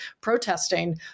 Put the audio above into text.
protesting